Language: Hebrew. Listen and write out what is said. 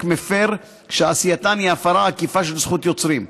מפר שעשייתן היא הפרה עקיפה של זכות יוצרים.